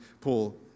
Paul